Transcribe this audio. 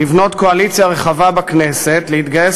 לבנות קואליציה רחבה בכנסת להתגייסות